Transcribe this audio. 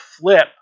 flip